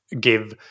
give